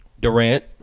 Durant